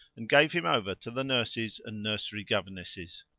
and gave him over to the nurses and nursery governesses,